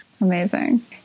Amazing